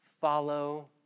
follow